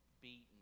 beaten